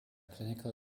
clinical